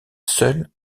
seule